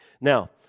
Now